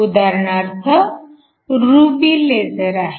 उदाहरणार्थ ruby laser आहे